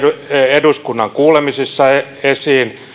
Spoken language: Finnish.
eduskunnan kuulemisissa esiin